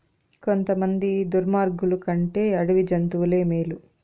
కొంతమంది దుర్మార్గులు కంటే అడవి జంతువులే మేలు